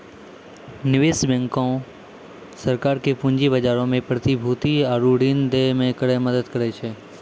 निवेश बैंक सरकारो के पूंजी बजारो मे प्रतिभूति आरु ऋण दै मे करै मदद करै छै